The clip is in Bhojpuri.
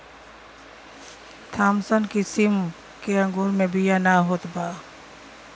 थामसन किसिम के अंगूर मे बिया ना होत बा